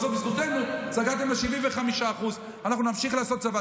בסוף בזכותנו סגרתם על 75%. אנחנו נמשיך לעשות צבא.